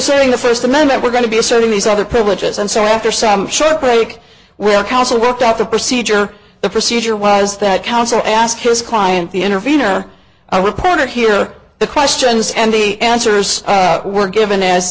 saying the first amendment we're going to be asserting these other privileges and so after some short break we'll counsel worked out the procedure the procedure was that counsel asked his client the intervenor a reporter here the questions and the answers were given as